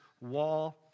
wall